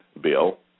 Bill